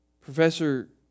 Professor